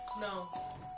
No